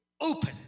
open